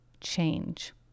change